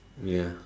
ya